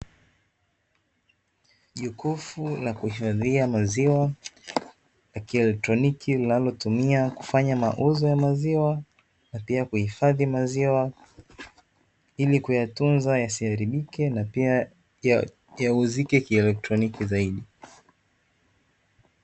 Jokofu na kuhifadhia maziwa ya kielektroniki linalotumia kufanya mauzo ya maziwa na pia kuhifadhi maziwa ili kuyatunza yasiharibike na pia yauzike kielektroniki zaidi.